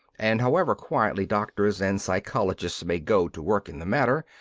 and however quietly doctors and psychologists may go to work in the matter,